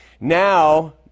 Now